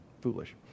foolish